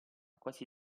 quasi